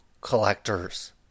collectors